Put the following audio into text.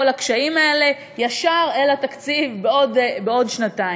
הקשיים האלה ישר אל התקציב בעוד שנתיים.